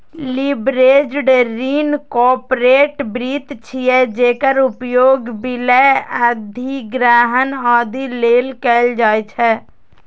leveraged ऋण corporate वित्त छियै, जेकर उपयोग विलय, अधिग्रहण, आदि लेल कैल जाइ छै